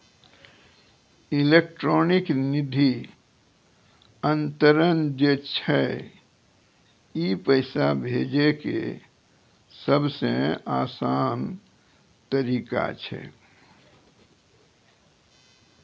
electronic निधि अन्तरन जे छै ई पैसा भेजै के सभ से असान तरिका छै